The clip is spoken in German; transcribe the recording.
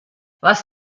was